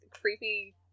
creepy